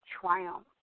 triumph